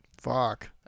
Fuck